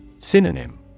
Synonym